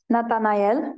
Nathanael